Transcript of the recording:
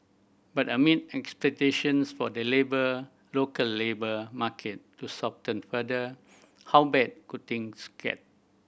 but amid expectations for the labour local labour market to soften further how bad could things get